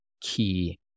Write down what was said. key